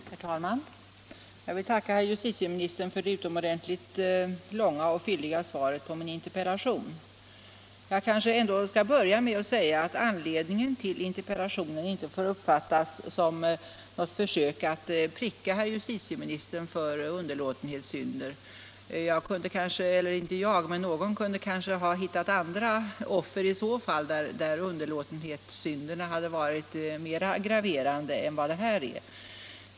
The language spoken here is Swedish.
Herr talman! Jag vill tacka herr justitieministern för det utomordentligt långa och fylliga svaret på min interpellation. Jag kanske ändå skall börja med att säga att interpellationen inte får uppfattas som något försök att pricka herr justitieministern för underlåtenhetssynder. Någon kunde måhända ha hittat andra offer i så fall, där underlåtenhetssynderna hade varit mera graverande än vad de här är.